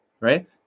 right